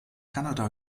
kanada